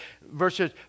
Verses